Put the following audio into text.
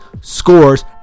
scores